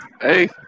Hey